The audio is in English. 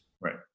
Right